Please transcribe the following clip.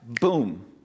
boom